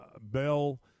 Bell